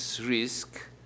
risk